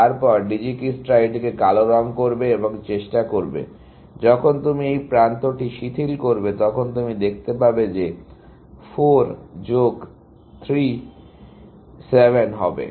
তারপর ডিজিকিস্ত্রা এটিকে কালো রঙ করবে এবং চেষ্টা করবে যখন তুমি এই প্রান্তটি শিথিল করবে তখন তুমি দেখতে পাবে যে 4 যোগ 3 7 হবে